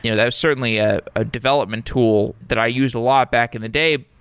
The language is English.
you know that was certainly ah a development tool that i used a lot back in the day.